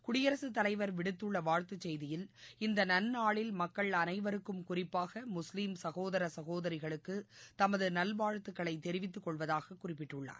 குடியரசுத் தலைவர் விடுத்துள்ள வாழ்த்துச் செய்தியில் இந்த நன்னாளில் மக்கள் அனைவருக்கும் குறிட்பாக முஸ்லிம் சகோதர சகோதரிகளுக்கு தமது நல்வாழ்த்துக்களை தெரிவித்துக்கொள்வதாக குறிப்பிட்டுள்ளார்